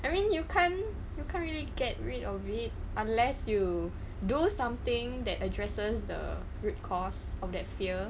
I mean you can't you can't really get rid of it unless you do something that addresses the root cause of that fear